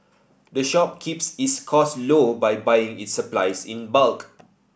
the shop keeps its cost low by buying its supplies in bulk